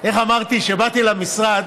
איך אמרתי, כשבאתי למשרד,